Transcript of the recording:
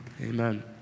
Amen